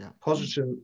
positive